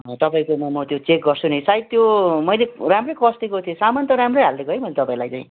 तपाईँकोमा म त्यो चेक गर्छु नि सायद त्यो मैले राम्रै कसिदिएको थिएँ सामान त राम्रै हालिदिएको है मैले तपाईँलाई चाहिँ